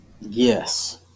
Yes